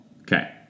Okay